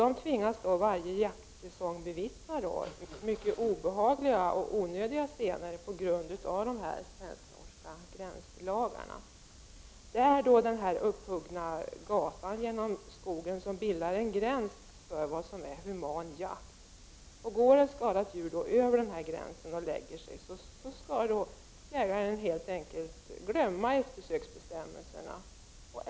De tvingas varje jaktsäsong bevittna mycket obehagliga och onödiga scener på grund av de svensk/norska gränslagarna. Det är den upphuggna gatan genom skogen som bildar en gräns för vad som är human jakt. Om ett skadat djur går över denna gräns och lägger sig skall jägaren på den motsatta sidan inte bry sig om eftersöksbestämmelserna.